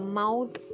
mouth